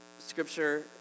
scripture